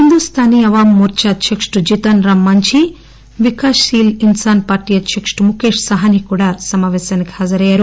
హిందుస్థానీ అవామ్ మోర్చా అధ్యకుడు Jitan Ram Manjhi Vikassheel Insaan party అధ్యక్తుడు ముకేష్ సహానీ కూడా సమాపేశానికి హాజరయ్యారు